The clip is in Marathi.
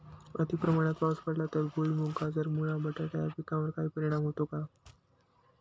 अतिप्रमाणात पाऊस पडला तर भुईमूग, गाजर, मुळा, बटाटा या पिकांवर काही परिणाम होतो का?